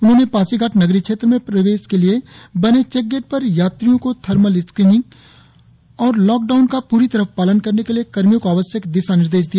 उन्होंने पासीघाट नगरीय क्षेत्र में प्रवेश के लिए बने चेकगेट पर यात्रियों की थर्मल स्क्रिनिंग और लॉकडाउन का प्ररी तरह पालन कराने के लिए कर्मियों को आवश्यक दिशानिर्देश दिया